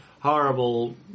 horrible